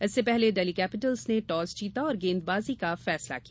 इससे पहले डेल्ही कैपिटल्स ने टॉस जीता और गेंदबाजी का फैसला किया